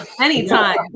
Anytime